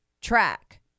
track